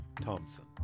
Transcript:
Thompson